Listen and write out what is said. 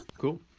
Cool